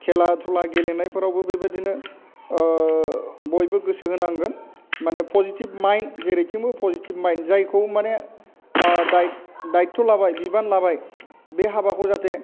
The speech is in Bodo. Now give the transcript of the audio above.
खेला दुला गेलेनायफोरावबो बेबायदिनो बयबो गोसो होनांगोन माने पजिटिभ माइन्ड जेरैथिंबो पजिटिभ माइन्ड जायखौ माने दाइथ' लाबाय बिबान लाबाय बे हाबाखौ जाहाथे